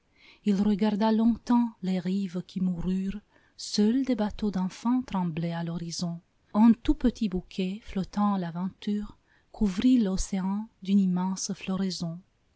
il regarda longtemps les rives qui moururent seuls des bateaux d'enfant tremblaient à l'horizon un tout petit bouquet flottant à l'aventure couvrit l'océan d'une immense floraison